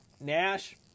Nash